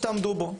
בלי טיפול בילד,